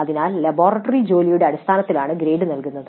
അതിനാൽ ലബോറട്ടറി ജോലിയുടെ അടിസ്ഥാനത്തിലാണ് ഗ്രേഡ് നൽകുന്നത്